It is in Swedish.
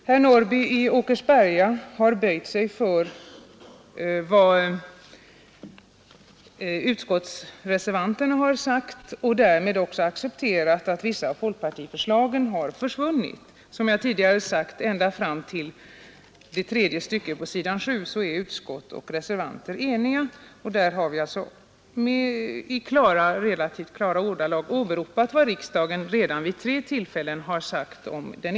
Herr Norrby i Åkersberga har böjt sig för vad reservanterna sagt, och därmed också accepterat att vissa av folkpartiförslagen har försvunnit. Som jag tidigare sade, är utskott och reservanter eniga ända fram till tredje stycket på s. 7.